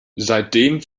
seitdem